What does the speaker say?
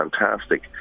fantastic